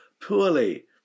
poorly